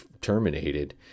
terminated